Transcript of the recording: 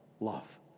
Love